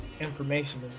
information